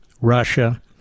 Russia